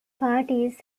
parties